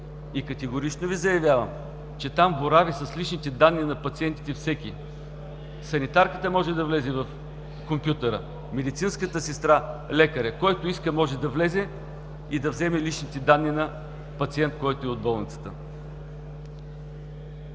и категорично Ви заявявам, че там борави с личните данни на пациентите всеки. Санитарката може да влезе в компютъра, медицинската сестра, лекарят, който иска може да влезе и да вземе личните данни на пациент, който е в болницата.